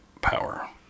power